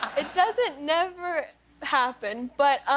it doesn't never happen. but